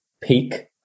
peak